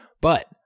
But-